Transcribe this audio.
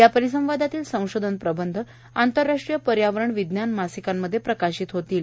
या परिसंवादातील संशोधनप्रबंध आंतरराष्ट्रीय पर्यावरण विज्ञान मासिकांमध्ये प्रकाशित होणार आहेत